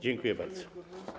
Dziękuję bardzo.